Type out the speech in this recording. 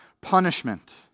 punishment